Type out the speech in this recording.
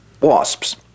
Wasps